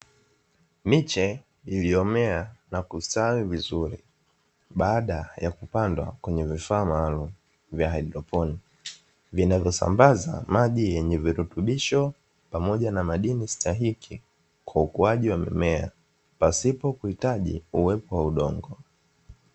Miche iliyomea na kustawi vizuri baada ya kupandwa kwenye vifaa malumu vya haidroponi, vinavyosambaza maji yenye virutubisho pamoja na madini stahiki kwa ukuaji wa mimea pasipo kuhitaji uwepo wa udongo.